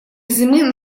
зимы